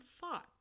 thought